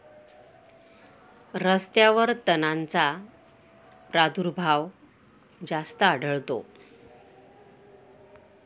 रस्त्यांवर तणांचा प्रादुर्भाव जास्त आढळतो